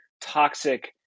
toxic